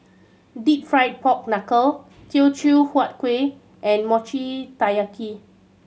Deep Fried Pork Knuckle Teochew Huat Kuih and Mochi Taiyaki